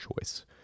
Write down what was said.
choice